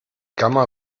gamma